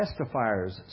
testifiers